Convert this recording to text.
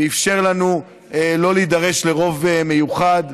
ואפשר לנו לא להידרש לרוב מיוחד,